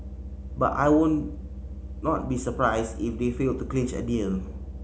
but I would not be surprised if they fail to clinch a deal